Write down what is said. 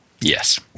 Yes